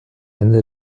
ende